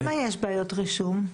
למה יש בעיות רישום?